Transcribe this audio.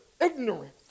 ignorant